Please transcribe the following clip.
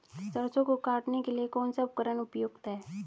सरसों को काटने के लिये कौन सा उपकरण उपयुक्त है?